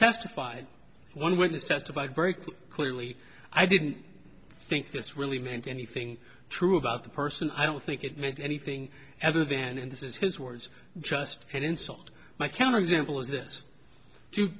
testified one witness testified very clearly i didn't think this really meant anything true about the person i don't think it meant anything other than in this is his words just insult my counter example is this d